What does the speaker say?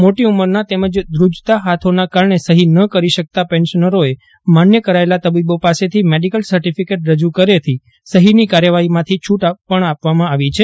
મોટી ઉંમરના તેમજ ધુજતા હાથોના કારણે સહી ન કરી શકતા પેન્શનરોએ માન્ય કરાયેલા તબીબો પાસેથી મેડિકલ સર્ટિફિકટ રજૂ કર્યેથી સહીની કાર્યવાહીમાંથી છૂટ આપવામાં પણ આવી છે